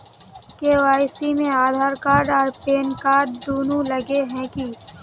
KYC में Aadhaar card आर pan card दुनू लगे है की?